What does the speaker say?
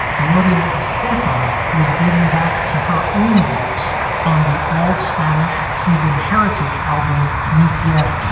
gloria estefan was getting back to her own roots on the all spanish cuban heritage album meet yatta